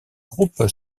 groupe